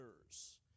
others